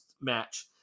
match